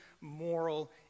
moral